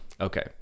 okay